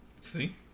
See